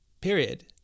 period